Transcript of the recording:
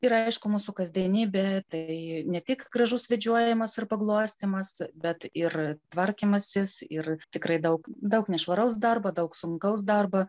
yra aišku mūsų kasdienybė tai ne tik gražus vedžiojamas ir paglostymas bet ir tvarkymasis ir tikrai daug daug nešvaraus darbo daug sunkaus darbo